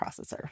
processor